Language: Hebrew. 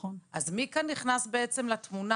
אז מי כאן נכנס לתמונה?